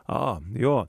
o jo